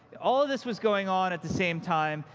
all of this was going on at the same time.